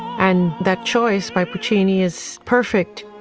and that choice by puccini is perfect.